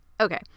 okay